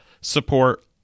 support